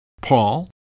Paul